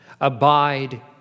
abide